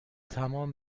تمام